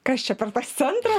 kas čia per tas centras